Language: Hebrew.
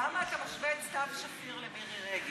למה אתה משווה את סתיו שפיר למירי רגב?